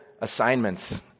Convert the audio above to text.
assignments